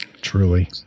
Truly